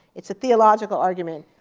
it's a theological argument.